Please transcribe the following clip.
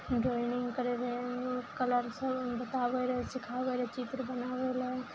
drawing करय रहय colour सब बताबय रहय सिखाबय रहय चित्र बनाबय लए